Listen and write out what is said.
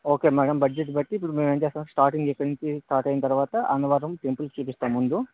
okay madam budget బట్టి ఇప్పుడు మేమేమి చేస్తామంటే స్టార్టింగ్ ఇక్కడి నుంచి స్టార్ట్ అయిన తర్వాత అన్నవరం టెంపుల్ చూపిస్తాం ముందు